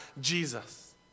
Jesus